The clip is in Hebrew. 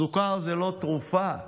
סוכר זה לא תרופה,